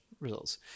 Results